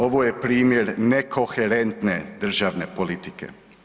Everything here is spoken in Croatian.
Ovo je primjer nekoherentne državne politike.